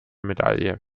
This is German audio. medaille